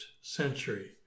Century